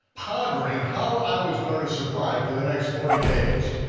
pondering how i was going to survive for the next forty days.